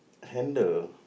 handle